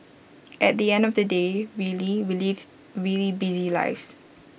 at the end of the day really we live really busy lives